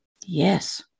Yes